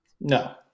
No